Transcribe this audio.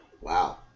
Wow